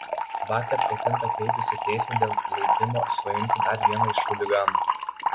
vakar ketinta kreiptis į teismą dėl leidimo suimti dar vieną iš chuliganų